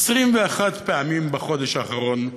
21 פעמים בחודש האחרון,